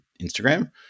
Instagram